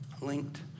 linked